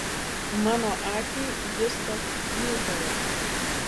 mano akiai jis toks kjutalas